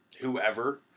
whoever